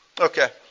Okay